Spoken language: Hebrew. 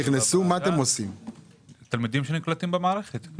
אלה תלמידים שנקלטים במערכת.